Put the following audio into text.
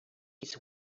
his